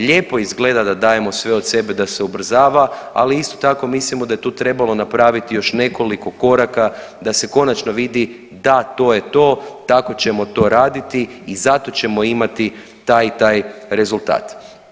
Lijepo izgleda da dajemo sve od sebe da se ubrzava, ali isto tako mislimo da je tu trebalo napraviti još nekoliko koraka da se konačno vidi da, to je to, tako ćemo to raditi i zato ćemo imati taj i taj rezultat.